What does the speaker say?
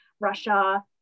Russia